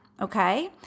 okay